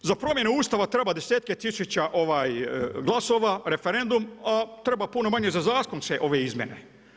Za promjenu Ustava treba desetke tisuća glasova, referendum, a treba puno manje za zakonske izmjene.